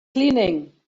cleaning